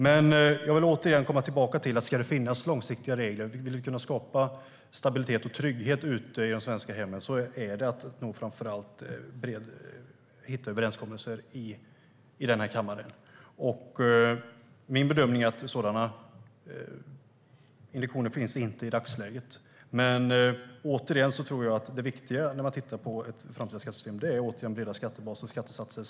Men jag vill komma tillbaka till detta: Ska det finnas långsiktiga regler och vill vi kunna skapa stabilitet och trygghet i de svenska hemmen handlar det framför allt om att hitta överenskommelser i denna kammare. Min bedömning är att det inte finns sådana indikationer i dagsläget. Men jag tror att det viktiga när man tittar på ett framtida skattesystem är breda skattebaser och skattesatser.